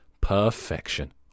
Perfection